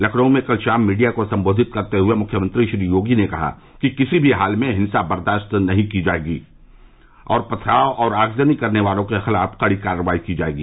लखनऊ में कल शाम मीडिया को सम्बोधित करते हुए मुख्यमंत्री श्री योगी ने कहा कि किसी भी हाल में हिंसा बर्दाश्त नहीं की जायेगी और पथराव और आगजनी करने वालों के खिलाफ कड़ी कार्रवाई की जायेगी